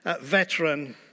veteran